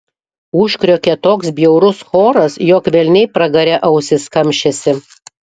užkriokė toks bjaurus choras jog velniai pragare ausis kamšėsi